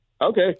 Okay